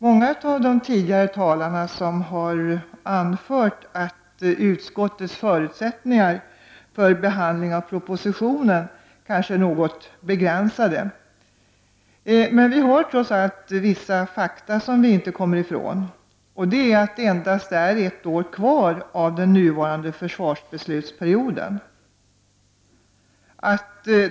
Många av de tidigare talarna har anfört att utskottets förutsättningar för behandling av propositionen kanske är något begränsade. Vi har dock vissa fakta, som vi inte kommer ifrån: — Det är endast ett år kvar av den nuvarande försvarsbeslutsperioden.